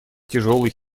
тяжелый